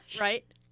right